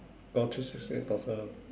got three plus one ah